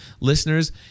listeners